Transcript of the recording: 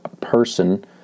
person